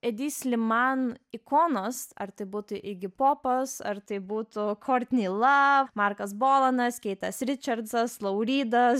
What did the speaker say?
edi sliman ikonos ar tai būtų igi popas ar tai būtų kortinei lav markas bolanas keitas ričardasas lauridas